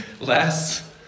less